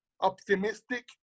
optimistic